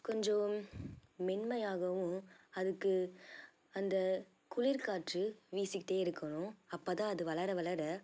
கொஞ்சம் மென்மையாகவும் அதுக்கு அந்த குளிர் காற்று வீசிக்கிட்டே இருக்கணும் அப்போதான் அது வளர வளர